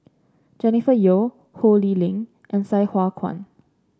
Jennifer Yeo Ho Lee Ling and Sai Hua Kuan